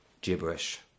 gibberish